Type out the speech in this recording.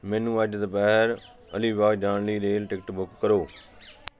ਮੈਨੂੰ ਅੱਜ ਦੁਪਹਿਰ ਅਲੀਬਾਗ ਜਾਣ ਲਈ ਰੇਲ ਟਿਕਟ ਬੁੱਕ ਕਰੋ